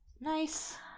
Nice